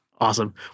Awesome